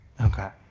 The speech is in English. Okay